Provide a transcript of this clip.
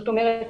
זאת אומרת,